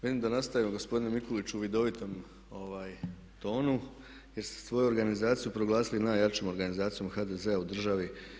Vidim da je nastavio gospodin Mikulić u vidovitom tonu, jer ste svoju organizaciju proglasili najjačom organizacijom HDZ-a u državi.